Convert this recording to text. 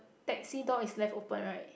Taxi door is left open right